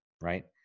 right